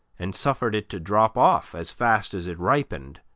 and suffered it to drop off as fast as it ripened,